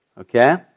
okay